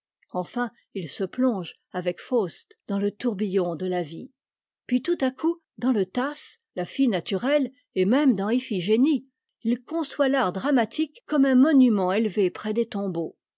enfin il se plonge avec faust dans le tourbillon de la vie puis tout à coup dans le tasse la fille katurelle et même dans myeh e il conçoit l'art dramatique comme un monument élevé près des tombeaux